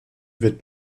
wird